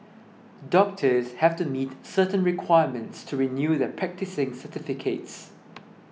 doctors have to meet certain requirements to renew their practising certificates